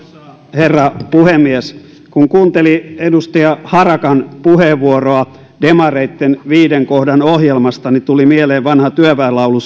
herra puhemies kun kuunteli edustaja harakan puheenvuoroa demareitten viiden kohdan ohjelmasta niin tuli mieleen vanha työväenlaulu